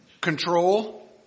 control